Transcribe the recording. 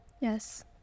Yes